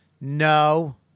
No